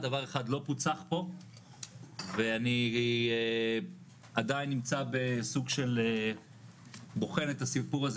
דבר אחד לא פוצח פה ואני עדיין נמצא בסוג של בוחן את הסיפור הזה,